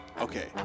Okay